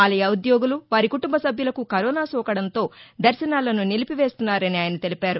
ఆలయ ఉద్యోగులు వారి కుటుంబ సభ్యులకు కరోనా సోకడంతో దర్గనాలను నిలిపి వేస్తున్నారని ఆయన తెలిపారు